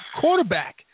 quarterback